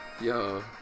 Yo